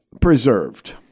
preserved